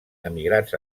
emigrats